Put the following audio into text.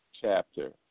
chapter